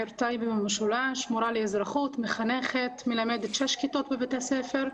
מורה לאזרחות, מחנכת, מלמדת שש כיתות בבית הספר.